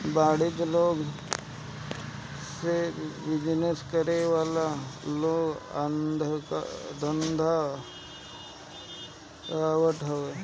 वाणिज्यिक लोन से बिजनेस करे वाला लोग आपन धंधा बढ़ावत हवे